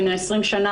בן ה-20 שנים,